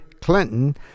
Clinton